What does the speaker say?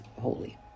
holy